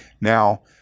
Now